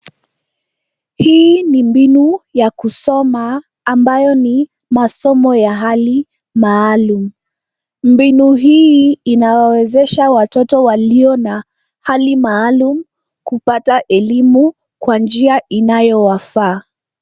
Hii ni mbinu ya kusoma, ambayo ni masomo ya hali maalumu. Mbinu hii inaowezesha watoto walio na hali maalumu kupata elimu kwa njia inayo wafaa.